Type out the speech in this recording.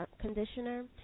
conditioner